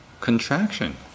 contraction